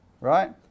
right